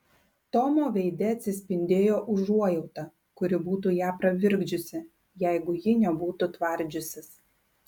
tomo veide atsispindėjo užuojauta kuri būtų ją pravirkdžiusi jeigu ji nebūtų tvardžiusis